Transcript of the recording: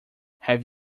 have